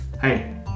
Hey